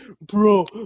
bro